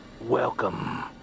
welcome